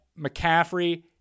McCaffrey